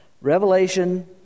revelation